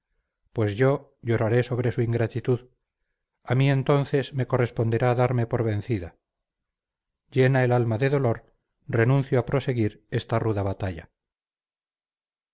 pues yo lloraré sobre su ingratitud a mí entonces me corresponderá darme por vencida llena el alma de dolor renuncio a proseguir esta ruda batalla